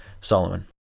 solomon